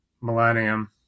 millennium